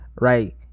Right